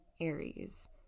Aries